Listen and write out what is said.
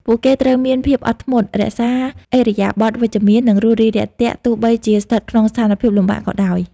ពួកគេត្រូវមានភាពអត់ធ្មត់ រក្សាឥរិយាបថវិជ្ជមាន និងរួសរាយរាក់ទាក់ ទោះបីជាស្ថិតក្នុងស្ថានភាពលំបាកក៏ដោយ។